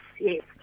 yes